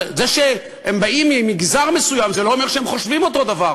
זה שהם באים ממגזר מסוים זה לא אומר שהם חושבים אותו דבר,